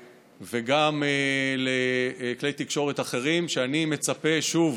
וגם לכלי תקשורת אחרים שאני מצפה, שוב,